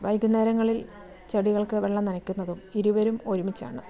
വൈകുന്നേരങ്ങളിൽ ചെടികൾക്ക് വെള്ളം നനയ്ക്കുന്നതും ഇരുവരും ഒരുമിച്ചാണ്